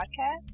podcast